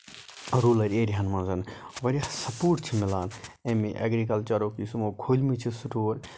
rural ایریازن منٛز واریاہ سَپوٹ چھُ مِلان اَمہِ اٮ۪گرِکَلچَرُک یُس یِمَو کھوٗلۍمٕتۍ چھِ سٔٹور